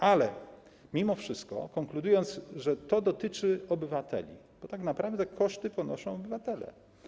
Ale mimo wszystko, konkludując, to dotyczy obywateli, bo tak naprawdę koszty ponoszą obywatele.